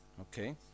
Okay